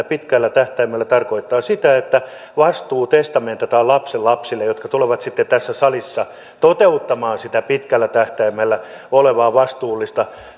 pitkällä tähtäimellä tarkoittaa sitä että vastuu testamentataan lapsenlapsille jotka tulevat sitten tässä salissa toteuttamaan sitä pitkällä tähtäimellä olevaa vastuullista politiikkaa